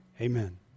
Amen